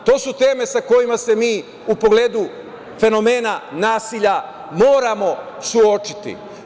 To su teme sa kojima se mi u pogledu fenomena nasilja moramo suočiti.